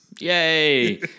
Yay